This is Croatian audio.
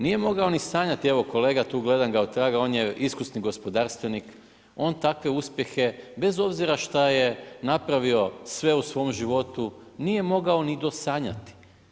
Nije mogao ni sanjati, evo kolega tu, gledam ga otraga, on je iskusni gospodarstvenik, on takve uspjehe bez obzira šta je napravio sve u svom životu, nije mogao ni do sanjati.